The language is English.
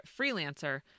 Freelancer